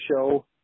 show